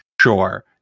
Sure